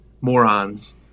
morons